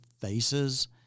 faces